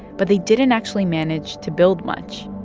but they didn't actually manage to build much.